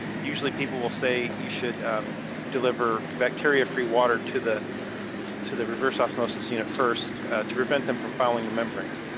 usually people will say you should deliver bacteria free water to the to the reverse osmosis unit first to repent them from fouling the membrane.